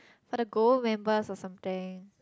for the gold members or something